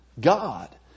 God